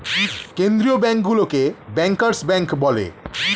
কেন্দ্রীয় ব্যাঙ্কগুলোকে bankers bank বলে